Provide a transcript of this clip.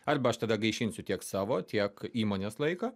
arba aš tada gaišinsiu tiek savo tiek įmonės laiką